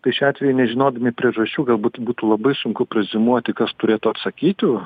tai šiuo atveju nežinodami priežasčių galbūt būtų labai sunku preziumuoti kas turėtų atsakyti